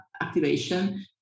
activation